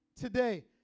today